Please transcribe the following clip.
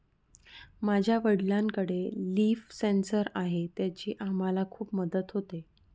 माझ्या वडिलांकडे leaf sensor आहे त्याची आम्हाला खूप मदत होते